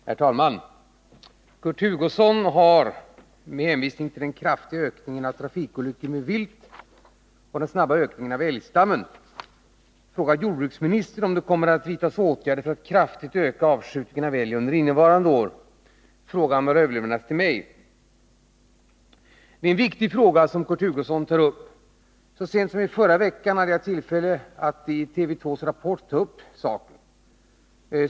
Herr talman! Kurt Hugosson har — med hänvisning till den kraftiga ökningen av trafikolyckor med vilt och den snabba ökningen av älgstammen —frågat jordbruksministern om det kommer att vidtas åtgärder för att kraftigt öka avskjutningen av älg under innevarande år. Frågan har överlämnats till mig. Det är en viktig fråga som Kurt Hugosson tar upp. Så sent som i förra veckan hade jag tillfälle att i TV 2:s Rapport ta upp saken.